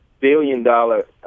billion-dollar